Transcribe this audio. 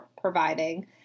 providing